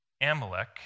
Amalek